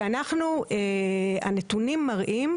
הנתונים מראים,